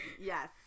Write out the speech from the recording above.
Yes